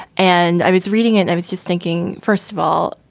and i was reading it. i was just thinking, first of all,